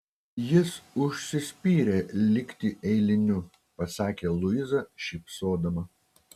jis užsispyrė likti eiliniu pasakė luiza šypsodama